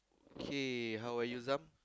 kay how are you Sam